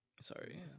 Sorry